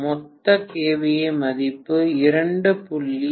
மொத்த KVA மதிப்பு 2